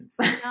No